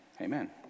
amen